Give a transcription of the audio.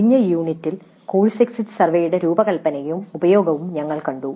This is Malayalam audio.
കഴിഞ്ഞ യൂണിറ്റിൽ കോഴ്സ് എക്സിറ്റ് സർവേയുടെ രൂപകൽപ്പനയും ഉപയോഗവും ഞങ്ങൾ കണ്ടു